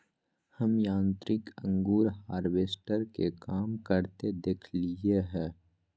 हम यांत्रिक अंगूर हार्वेस्टर के काम करते देखलिए हें